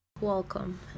Welcome